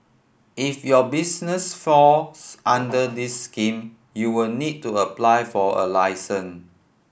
if your business falls under this scheme you will need to apply for a licence